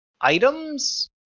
items